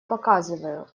показываю